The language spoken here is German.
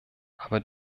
aber